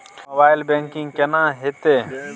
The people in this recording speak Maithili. मोबाइल बैंकिंग केना हेते?